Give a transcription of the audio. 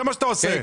זה מה שאתה עושה.